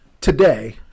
today